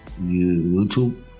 YouTube